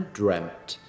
dreamt